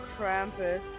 Krampus